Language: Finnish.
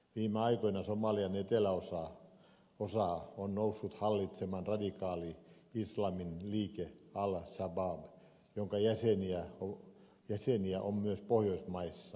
viime aikoina somalian eteläosaa on noussut hallitsemaan radikaali islamin liike al shabaab jonka jäseniä on myös pohjoismaissa